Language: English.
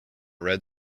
red